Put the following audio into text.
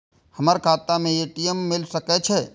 हमर खाता में ए.टी.एम मिल सके छै?